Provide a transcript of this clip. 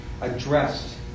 addressed